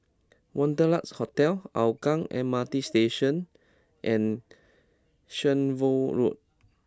Wanderlust Hotel Hougang M R T Station and Shenvood Road